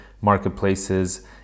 marketplaces